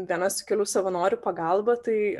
viena su kelių savanorių pagalba tai